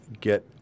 get